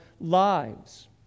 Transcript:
lives